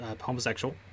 homosexual